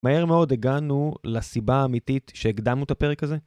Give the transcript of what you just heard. מהר מאוד הגענו לסיבה האמיתית שהקדמנו את הפרק הזה.